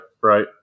right